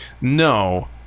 No